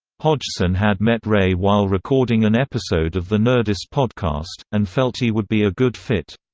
hodgson had met ray while recording an episode of the nerdist podcast, and felt he would be a good fit.